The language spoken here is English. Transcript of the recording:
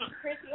Chrissy